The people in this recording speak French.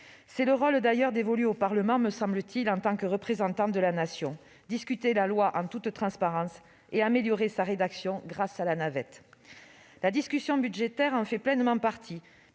C'est le rôle d'ailleurs dévolu au Parlement, me semble-t-il, en tant que représentant de la Nation : discuter la loi en toute transparence et améliorer sa rédaction grâce à la navette parlementaire. La discussion budgétaire en fait pleinement partie,